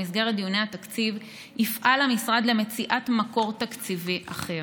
במסגרת דיוני התקציב יפעל המשרד למציאת מקור תקציבי אחר.